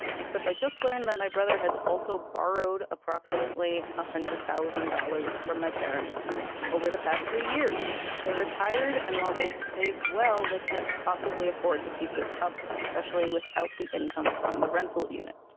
except they just learned that my brother has also borrowed approximately one ah hundred thousand dollars from my parents over the past three years. they're retired and while they've saved well, they can't possibly afford to keep this up, especially without the income from the rental unit.